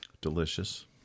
Delicious